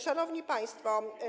Szanowni Państwo!